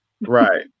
Right